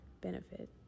benefit